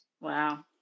Wow